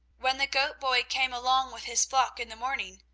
when the goat-boy came along with his flock in the morning,